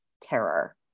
terror